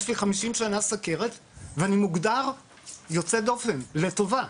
יש לי 50 שנה סכרת ואני מוגדר יוצא דופן לטובה.